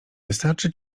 wystarczy